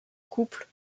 couple